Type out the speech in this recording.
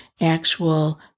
actual